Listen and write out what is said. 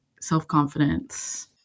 self-confidence